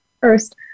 first